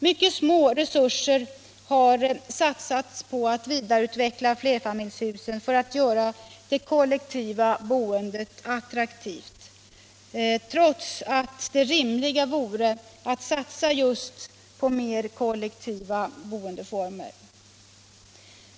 Mycket små resurser har satsats på att vidareutveckla flerfamiljshusen för att göra det kollektiva boendet attraktivt, trots att det rimliga vore att satsa just på mer kollektiva boendeformer.